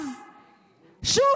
שוב,